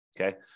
okay